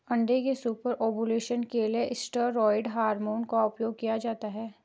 अंडे के superovulation के लिए स्टेरॉयड हार्मोन का उपयोग किया जाता है